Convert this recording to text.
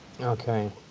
Okay